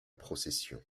procession